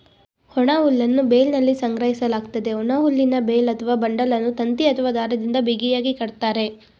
ಒಣಹುಲ್ಲನ್ನು ಬೇಲ್ನಲ್ಲಿ ಸಂಗ್ರಹಿಸಲಾಗ್ತದೆ, ಒಣಹುಲ್ಲಿನ ಬೇಲ್ ಅಥವಾ ಬಂಡಲನ್ನು ತಂತಿ ಅಥವಾ ದಾರದಿಂದ ಬಿಗಿಯಾಗಿ ಕಟ್ತರೆ